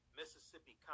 Mississippi